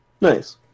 Nice